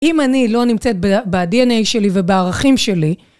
אם אני לא נמצאת, ב-DNA שלי ובערכים שלי,